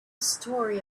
story